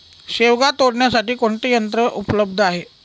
शेवगा तोडण्यासाठी कोणते यंत्र उपलब्ध आहे?